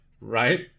right